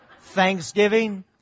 Thanksgiving